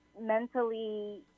mentally